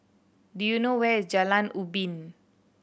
do you know where is Jalan Ubin